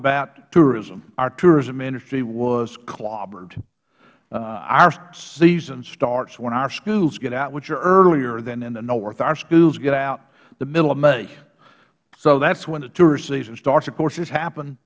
about tourism our tourism industry was clobbered our season starts when our schools get out which are earlier than in the north our schools get out the middle of may so that is when the tourist season starts of course this happened